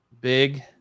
Big